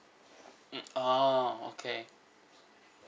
mm oh okay